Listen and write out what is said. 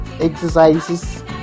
exercises